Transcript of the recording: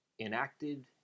Enacted